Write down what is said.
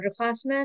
underclassmen